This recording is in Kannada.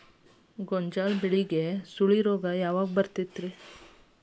ಗೋಂಜಾಳ ಬೆಳೆಗೆ ಸುಳಿ ರೋಗ ಯಾವಾಗ ಬರುತ್ತದೆ?